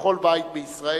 לכל בית בישראל,